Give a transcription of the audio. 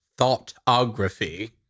thoughtography